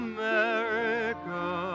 America